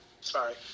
sorry